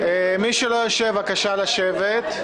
השאלות הנורמטיביות הן לא שאלות נפרדות.